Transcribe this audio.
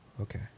okay